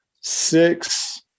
Six